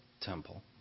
temple